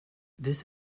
this